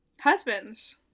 Husbands